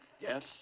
yes